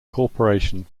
corporation